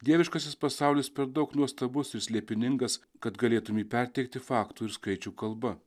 dieviškasis pasaulis per daug nuostabus ir slėpiningas kad galėtum į perteikti faktų ir skaičių kalba